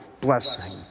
blessing